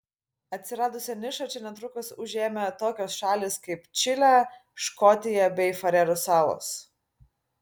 atsiradusią nišą čia netrukus užėmė tokios šalys kaip čilė škotija bei farerų salos